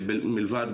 מלבד,